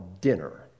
dinner